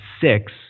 six